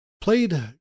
played